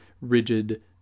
rigid